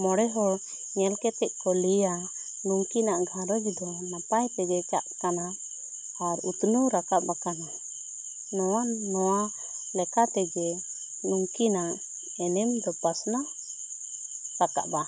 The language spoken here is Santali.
ᱢᱚᱬᱮ ᱦᱚᱲ ᱧᱮᱞ ᱠᱟᱛᱮᱜ ᱠᱚ ᱞᱟᱹᱭᱟ ᱱᱩᱠᱤᱱᱟᱜ ᱜᱷᱟᱨᱚᱸᱡᱽ ᱫᱚ ᱱᱟᱯᱟᱭ ᱛᱮᱜᱮ ᱪᱟᱞᱟᱜ ᱠᱟᱱᱟ ᱟᱨ ᱩᱛᱱᱟᱹᱣ ᱨᱟᱠᱟᱵ ᱟᱠᱟᱱᱟ ᱱᱚᱣᱟ ᱱᱚᱣᱟ ᱞᱮᱠᱟᱛᱮ ᱜᱮ ᱱᱩᱠᱤᱱᱟᱜ ᱮᱱᱮᱢ ᱫᱚ ᱯᱟᱥᱱᱟᱣ ᱨᱟᱠᱟᱵᱟ